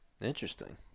Interesting